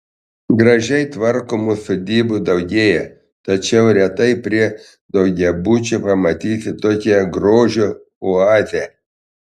gražiai tvarkomų sodybų daugėja tačiau retai prie daugiabučių pamatysi tokią grožio oazę